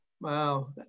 Wow